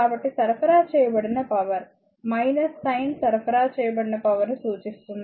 కాబట్టి సరఫరా చేయబడిన పవర్ సైన్ సరఫరా చేయబడిన పవర్ ని సూచిస్తుంది